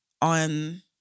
on